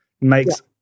makes